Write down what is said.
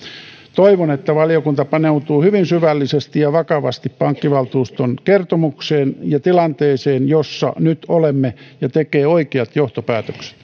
toivon että valiokunta paneutuu hyvin syvällisesti ja vakavasti pankkivaltuuston kertomukseen ja tilanteeseen jossa nyt olemme ja tekee oikeat johtopäätökset